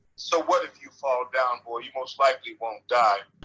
so what if you fall down boy you most likely won't die!